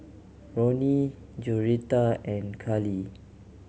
Ronin Joretta and Kali